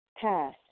Pass